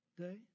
day